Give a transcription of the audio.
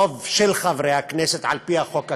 ברוב של חברי הכנסת על-פי החוק הקיים,